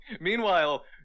meanwhile